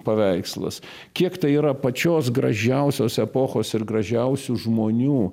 paveikslas kiek tai yra pačios gražiausios epochos ir gražiausių žmonių